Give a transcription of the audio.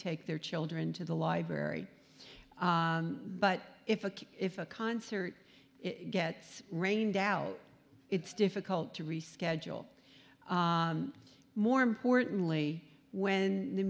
take their children to the library but if a kid if a concert gets rained out it's difficult to reschedule more importantly when the